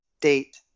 date